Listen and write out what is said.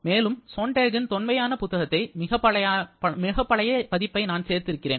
மேலும் சோன்டேக்கின் தொன்மையான புத்தகத்தின் மிகப்பழைய பதிப்பை நான் சேர்த்திருக்கிறேன்